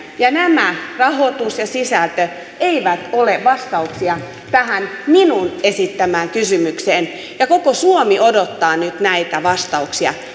ja nämä rahoitus ja sisältö eivät ole vastauksia tähän minun esittämääni kysymykseen koko suomi odottaa nyt näitä vastauksia